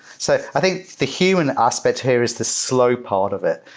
so i think the human aspect here is the slow part of it.